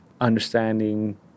understanding